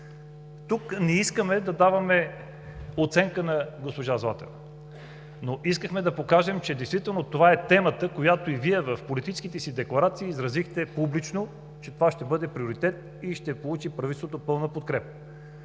Тук не искаме да даваме оценка на госпожа Златева, но искахме да покажем, че действително това е темата, която и Вие в политическите си декларации изразихте публично, че това ще бъде приоритет и ще получи от правителството пълна подкрепа.